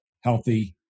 healthy